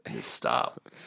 Stop